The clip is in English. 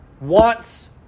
wants